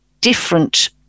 different